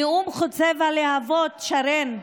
הנאום חוצב הלהבות, שרן,